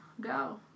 go